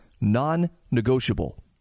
non-negotiable